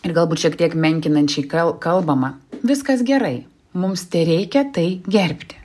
ir galbūt šiek tiek menkinančiai kal kalbama viskas gerai mums tereikia tai gerbti